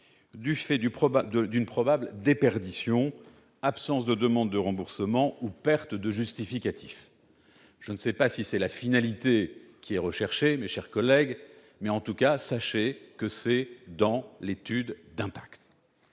du fait d'une probable déperdition (absence de demande de remboursement ou perte de justificatif) ». Je ne sais si c'est cette finalité qui est recherchée, mes chers collègues, mais sachez en tout cas que cela figure dans l'étude d'impact